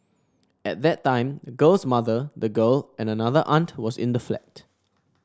at that time the girl's mother the girl and another aunt was in the flat